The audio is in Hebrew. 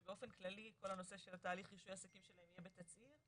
שבאופן כללי כל הנושא של התהליך רישוי עסקים שלהם יהיה בתצהיר,